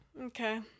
Okay